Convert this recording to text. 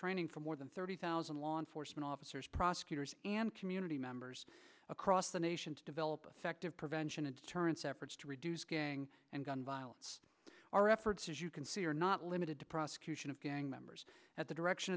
training for more than thirty thousand law enforcement officers prosecutors and community members across the nation to develop prevention and deterrence efforts to reduce gang and gun violence our efforts as you can see are not limited to prosecution of gang members at the direction